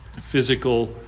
physical